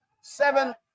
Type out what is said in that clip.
Seven